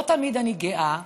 לא תמיד אני גאה,